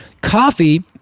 Coffee